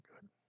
good